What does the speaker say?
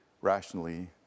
rationally